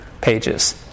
pages